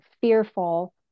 fearful